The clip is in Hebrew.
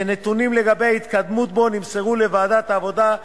שנתונים לגבי התקדמות בו נמסרו לוועדת העבודה,